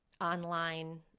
online